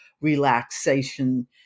relaxation